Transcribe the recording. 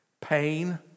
pain